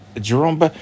Jerome